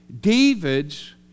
David's